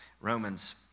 Romans